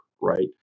right